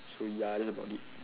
so ya that's about it